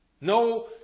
No